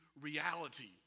reality